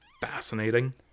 fascinating